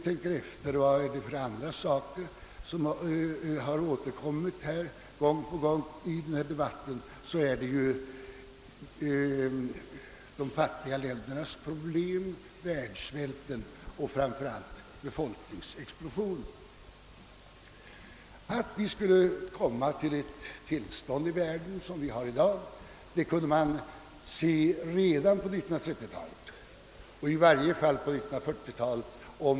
Andra frågor som gång på gång återkommit i denna debatt är världssvälten och framför allt befolkningsexplosionen. Att vi skulle komma till det tillstånd i världen som vi har i dag kunde man se redan på 1930-talet och i varje fall på 1940-talet.